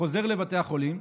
חוזר לבתי החולים.